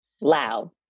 loud